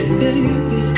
baby